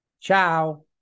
Ciao